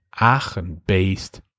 Aachen-based